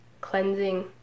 cleansing